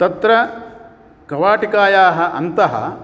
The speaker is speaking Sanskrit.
तत्र कवाटिकायाः अन्तः